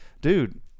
dude